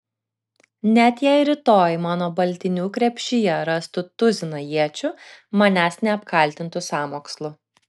net jei rytoj mano baltinių krepšyje rastų tuziną iečių manęs neapkaltintų sąmokslu